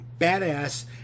badass